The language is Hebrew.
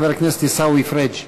חבר הכנסת עיסאווי פריג'.